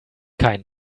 kein